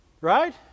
Right